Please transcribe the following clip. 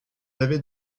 avez